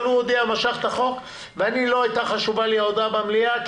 אבל הוא משך את החוק ולא הייתה לי חשובה ההודעה במליאה,